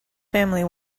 family